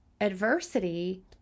adversity